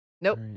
Nope